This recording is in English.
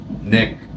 Nick